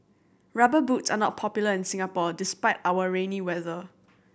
Rubber Boots are not popular in Singapore despite our rainy weather